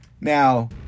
Now